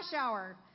hour